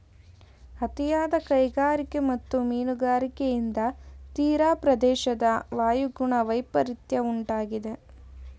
ಅತಿಯಾದ ಕೈಗಾರಿಕೆ ಮತ್ತು ಮೀನುಗಾರಿಕೆಯಿಂದ ತೀರಪ್ರದೇಶದ ವಾಯುಗುಣ ವೈಪರಿತ್ಯ ಉಂಟಾಗಿದೆ